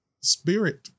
spirit